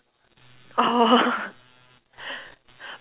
oh